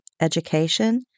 education